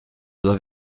doit